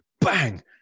bang